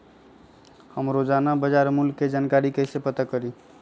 हम रोजाना बाजार मूल्य के जानकारी कईसे पता करी?